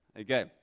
Okay